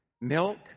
milk